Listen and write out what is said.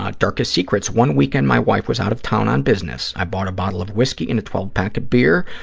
ah darkest secrets. one weekend, my wife was out of town on business. i bought a bottle of whiskey and a twelve pack of beer.